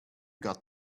got